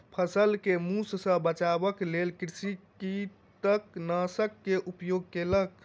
फसिल के मूस सॅ बचाबअ के लेल कृषक कृंतकनाशक के उपयोग केलक